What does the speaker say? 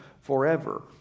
forever